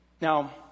Now